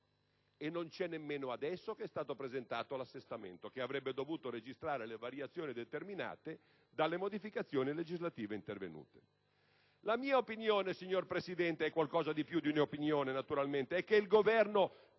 e non c'è nemmeno adesso che è stato presentato l'assestamento, che avrebbe dovuto registrare le variazioni determinate dalle modificazioni legislative intervenute. La mia opinione, signor Presidente (è qualcosa di più di un'opinione, naturalmente), è che il Governo